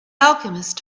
alchemist